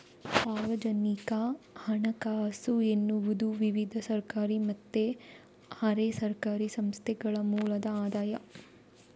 ಸಾರ್ವಜನಿಕ ಹಣಕಾಸು ಎನ್ನುವುದು ವಿವಿಧ ಸರ್ಕಾರಿ ಮತ್ತೆ ಅರೆ ಸರ್ಕಾರಿ ಸಂಸ್ಥೆಗಳ ಮೂಲದ ಆದಾಯ